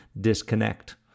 disconnect